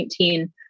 2019